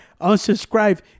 unsubscribe